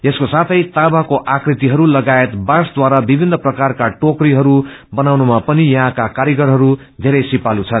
यसको साथै यहाँ ताँबाको आकृतिहरू लगायत बाँसद्वारा विभिन्न प्रकारका टोकरीहरू बनाउनमा पनि यहाँका कारीगरहरू धेरै सिपालु छन्